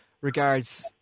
regards